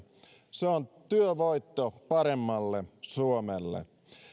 se on työvoitto paremmalle suomelle